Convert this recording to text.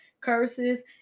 curses